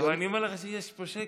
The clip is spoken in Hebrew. אבל אני אומר לך שיש פה שקט.